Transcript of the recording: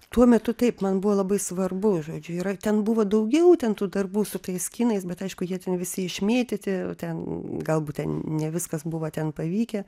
tuo metu taip man buvo labai svarbu žodžiu yra ten buvo daugiau ten tų darbų su tais kinais bet aišku jie ten visi išmėtyti ten galbūt ten ne viskas buvo ten pavykę